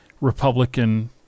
Republican